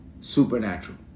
supernatural